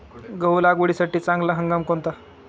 गहू लागवडीसाठी चांगला हंगाम कोणता?